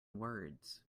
words